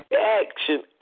action